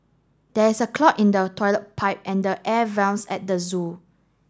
there is a clog in the toilet pipe and the air vents at the zoo